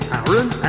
Aaron